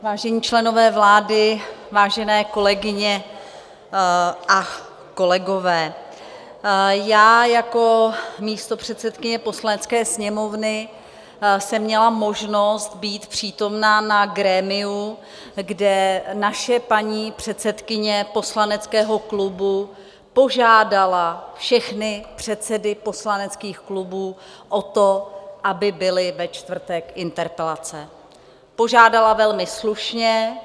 Vážení členové vlády, vážené kolegyně a kolegové, jako místopředsedkyně Poslanecké sněmovny jsem měla možnost být přítomna na grémiu, kde naše paní předsedkyně poslaneckého klubu požádala všechny předsedy poslaneckých klubů o to, aby byly ve čtvrtek interpelace, požádala velmi slušně.